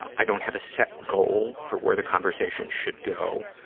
i don't have a set goal for where the conversation should go.